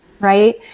right